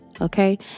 okay